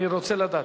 אני רוצה לדעת.